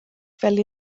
fel